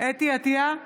(קוראת בשמות חברי הכנסת) חוה אתי עטייה,